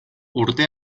urte